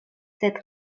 sed